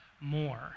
more